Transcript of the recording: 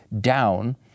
down